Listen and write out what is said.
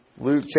Luke